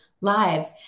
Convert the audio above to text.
lives